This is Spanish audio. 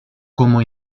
como